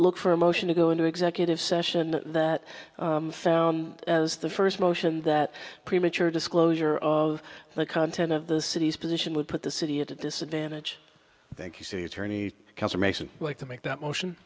look for a motion to go into executive session that is the first motion that premature disclosure of the content of the city's position would put the city at a disadvantage thank you see attorney confirmation like to make that motion